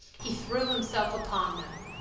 he threw himself upon them.